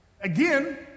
Again